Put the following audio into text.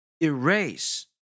erase